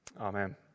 Amen